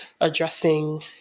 addressing